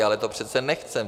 Ale to přece nechceme.